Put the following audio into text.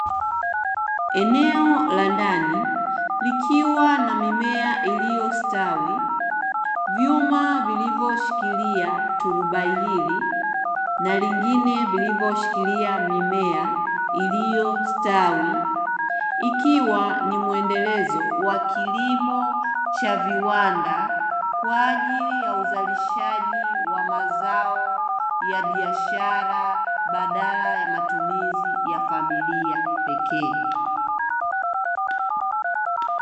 Eneo la ndani likiwa na mimea iliyostawi, vyuma vilivyoshikilia turubai hili na lingine vilivyoshikia mimea iliyostawi, ikiwa ni mwendelezo wa kilimo cha viwanda, kwa ajili ya uzalishaji wa mazao ya biashara badala ya matumizi ya familia pekee.